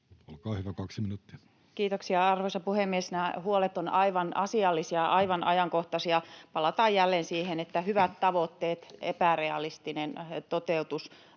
laeiksi Time: 15:06 Content: Kiitoksia, arvoisa puhemies! Nämä huolet ovat aivan asiallisia ja aivan ajankohtaisia. Palataan jälleen siihen, että hyvät tavoitteet, epärealistiset